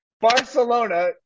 Barcelona